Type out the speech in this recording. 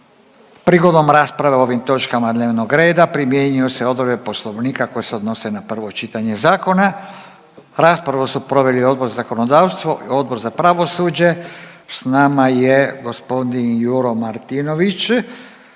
Prigodom rasprave o ovoj točki dnevnog reda primjenjuju se odredbe Poslovnika koje se odnose na prvo čitanje zakona. Raspravu su proveli Odbor za zakonodavstvo, Odbor za obitelj, mlade i sport, te Odbor